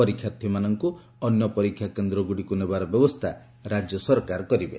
ପରୀକ୍ଷାର୍ଥୀମାନଙ୍କୁ ଅନ୍ୟ ପରୀକ୍ଷା କେନ୍ଦ୍ରଗୁଡ଼ିକୁ ନେବାର ବ୍ୟବସ୍ଥା ରାଜ୍ୟ ସରକାର କରିବେ